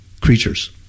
creatures